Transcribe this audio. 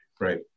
right